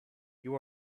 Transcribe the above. you